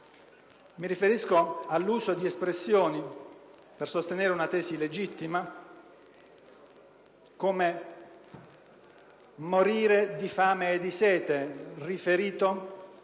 Mi riferisco all'uso di espressioni per sostenere una tesi legittima come «morire di fame e di sete», riferita